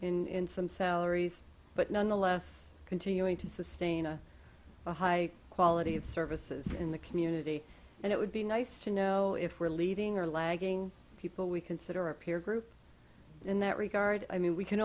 in some salaries but nonetheless continuing to sustain a high quality of services in the community and it would be nice to know if we're leading or lagging people we consider a peer group in that regard i mean we can